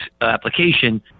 application